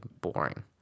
boring